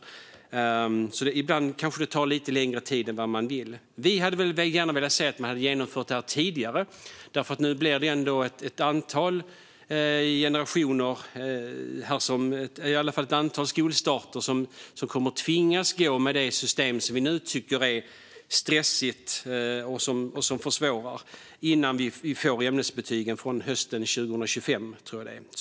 Men ibland kan det ta lite längre tid än vad man vill. Vi hade gärna sett att förslaget hade genomförts tidigare. Nu blir det ändå ett antal skolstarter som kommer att tvingas att gå med det system som vi nu tycker är stressigt och svårt innan ämnesbetygen införs hösten 2025.